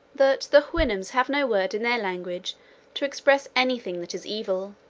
that the houyhnhnms have no word in their language to express any thing that is evil,